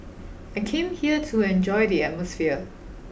I came here to enjoy the atmosphere